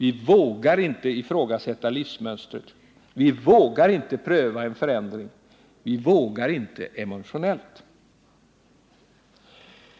Vi vågar inte ifrågasätta livsmönstret. Vi vågar inte pröva en förändring. Vi vågar inte emotionellt.